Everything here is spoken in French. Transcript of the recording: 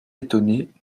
étonnés